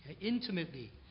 intimately